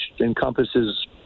encompasses